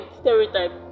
stereotype